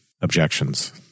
objections